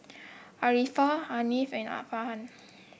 Arifa Hasif and Arfarhan